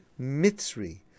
mitzri